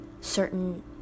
certain